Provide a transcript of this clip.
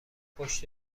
پشت